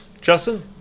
Justin